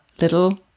little